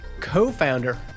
co-founder